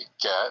get